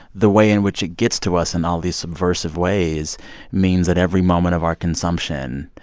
the way in which it gets to us in all these subversive ways means that every moment of our consumption,